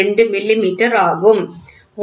002 millimetre ஆகும்